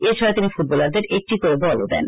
এছাড়া তিনি ফু টবলারদের হাতে একটি করে বলও দেন